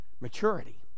Maturity